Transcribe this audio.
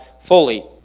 fully